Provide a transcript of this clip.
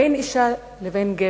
בין אשה לבין גבר,